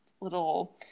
little